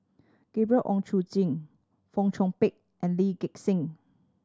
Gabriel Oon Chong Jin Fong Chong Pik and Lee Gek Seng